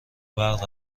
برق